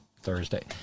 Thursday